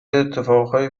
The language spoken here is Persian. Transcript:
اتفاقهای